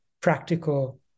practical